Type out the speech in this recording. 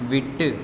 விட்டு